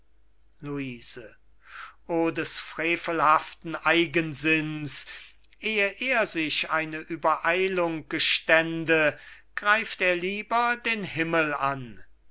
luise o des frevelhaften eigensinns ehe er sich eine übereilung gestände greift er lieber den himmel an